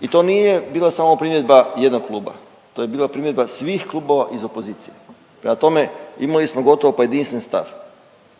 I to nije bila samo primjedba jednog kluba, to je bila primjedba svih klubova iz opozicije. Prema tome imali smo gotovo pa jedinstven stav